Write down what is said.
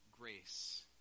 grace